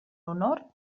honor